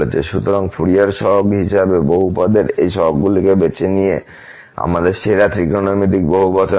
সুতরাং ফুরিয়ার সহগ হিসাবে বহুপদের এই সহগগুলিকে বেছে নিয়ে আমাদের সেরা ত্রিকোণমিতিক বহুবচন আছে